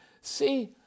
See